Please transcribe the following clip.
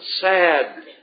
sad